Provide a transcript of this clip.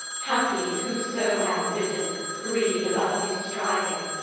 happy whoso hath risen, free, above his striving.